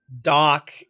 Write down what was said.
Doc